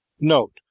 Note